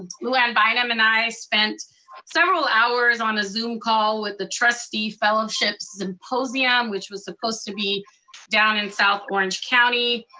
lou anne bynum and i spent several hours on a zoom call with the trustee fellowship symposium, which was supposed to be down in south orange county.